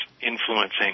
influencing